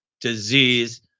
disease